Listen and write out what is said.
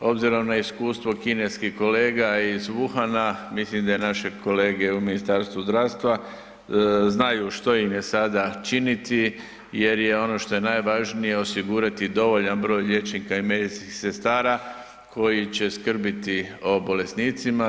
Ozbirom na iskustvo kineskih kolega iz Wuhana mislim da i naše kolege u Ministarstvu zdravstva znaju što im je sada činiti, jer je ono što je najvažnije osigurati dovoljan broj liječnika i medicinskih sestara koji će skrbiti o bolesnicima.